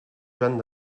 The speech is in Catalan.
joan